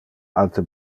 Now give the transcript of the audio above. alte